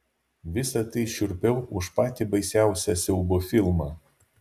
visa tai šiurpiau už patį baisiausią siaubo filmą